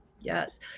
Yes